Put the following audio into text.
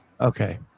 Okay